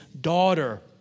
daughter